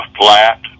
flat